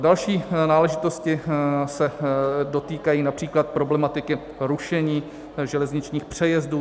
Další náležitosti se dotýkají například problematiky rušení železničních přejezdů.